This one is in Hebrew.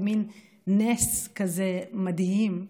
במין נס כזה מדהים: